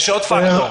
יש עוד פקטור,